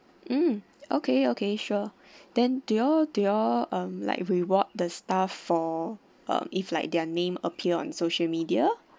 mm okay okay sure then do you all do you all um like reward the staff for uh if like their name appear on social media